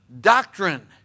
doctrine